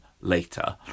later